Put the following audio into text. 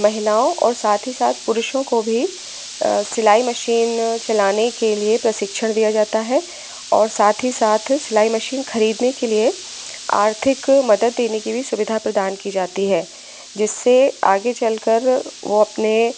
महिलाओं और साथ ही साथ पुरुषों को भी सिलाई मशीन चलाने के लिए प्रशिक्षण दिया जाता है और साथ ही साथ सिलाई मशीन खरीदने के लिए आर्थिक मदद देने की भी सुविधा प्रदान की जाती है जिससे आगे चलकर वो अपने